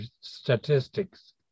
statistics